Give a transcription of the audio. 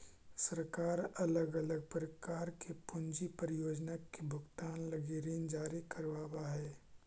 सरकार अलग अलग प्रकार के पूंजी परियोजना के भुगतान लगी ऋण जारी करवऽ हई